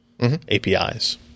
APIs